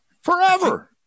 forever